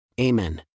Amen